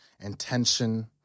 intention